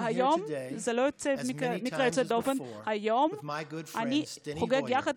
והיום הזה איננו שונה: אני כאן היום,